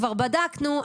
כבר בדקנו,